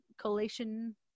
collation